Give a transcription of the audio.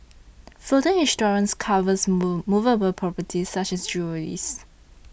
floater insurance covers move movable properties such as jewellery